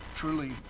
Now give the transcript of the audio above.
truly